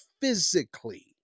physically